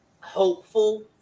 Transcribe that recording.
hopeful